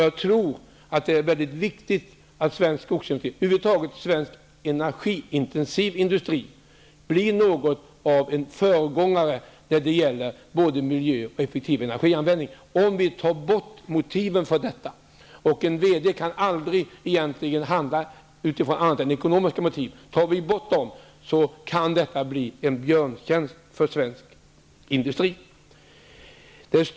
Jag tror att det är mycket viktigt att svensk skogsindustri, ja, över huvud taget svensk energiintensiv industri, blir något av en föregångare när det gäller miljön och detta med en effektiv energianvändning. Om vi tar bort motiven här -- en VD kan egentligen aldrig handla utifrån andra motiv än de ekonomiska -- kan det bli en björntjänst för svensk industri.